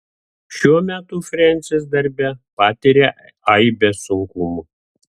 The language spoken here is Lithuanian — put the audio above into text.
šiuo metu frensis darbe patiria aibę sunkumų